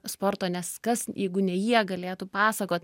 sporto nes kas jeigu ne jie galėtų pasakot